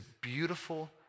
beautiful